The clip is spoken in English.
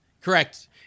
correct